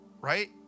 Right